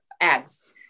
eggs